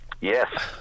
Yes